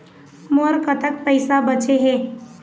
मोर म कतक पैसा बचे हे?